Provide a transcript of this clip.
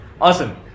Awesome